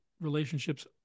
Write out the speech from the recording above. Relationships